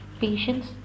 patience